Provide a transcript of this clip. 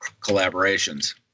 collaborations